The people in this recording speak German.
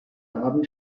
abend